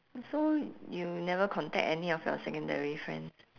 so you never contact any of your secondary friends